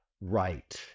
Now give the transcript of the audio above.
right